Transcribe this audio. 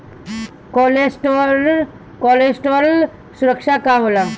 Collateral सुरक्षा का होला?